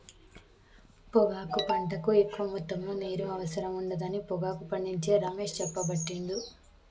పొగాకు పంటకు ఎక్కువ మొత్తములో నీరు అవసరం ఉండదని పొగాకు పండించే రమేష్ చెప్పబట్టిండు